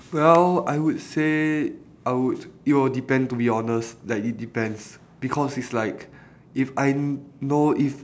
well I would say I would you know depend to be honest like it depends because it's like if I kn~ know if